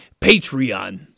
Patreon